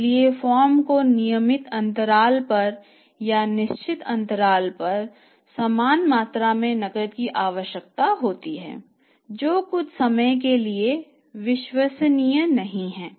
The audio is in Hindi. इसलिए फर्मों को नियमित अंतराल पर या निश्चित अंतराल पर समान मात्रा में नकद की आवश्यकता होती है जो कुछ समय के लिए विश्वसनीय नहीं है